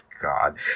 God